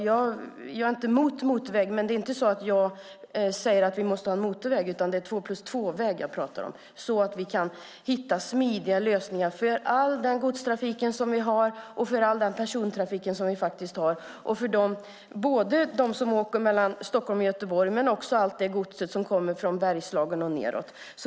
Jag är inte emot motorväg, men jag talar om två-plus-två-väg för att få en smidig lösning för all den godstrafik och persontrafik vi har. Det gäller dem som åker mellan Stockholm och Göteborg men också allt gods som kommer från Bergslagen och nedåt.